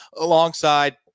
alongside